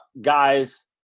guys